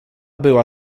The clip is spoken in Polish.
była